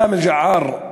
סאמי אל-ג'עאר,